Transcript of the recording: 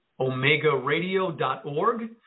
omegaradio.org